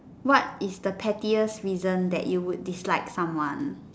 what is the pettiest reason that you would dislike someone